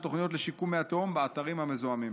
תוכניות לשיקום מי התהום באתרים המזוהמים.